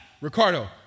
Ricardo